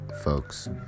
folks